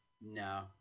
No